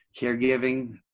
caregiving